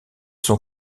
sont